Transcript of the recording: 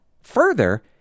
further